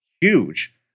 huge